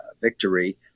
victory